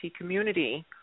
community